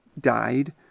died